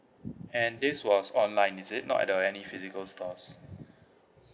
and this was online is it not at the any physical stores